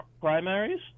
primaries